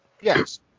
yes